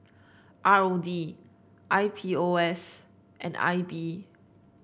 R O D I P O S and I B